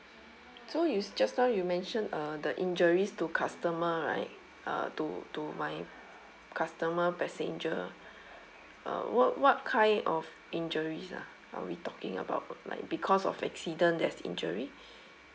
so you just now you mention uh the injuries to customer right uh to to my customer passenger uh what what kind of injuries ah are we talking about like because of accident there's injury